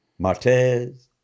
Martez